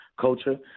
culture